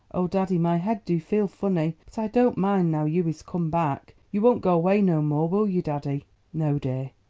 oh, daddy, my head do feel funny but i don't mind now you is come back. you won't go away no more, will you, daddy? no, dear,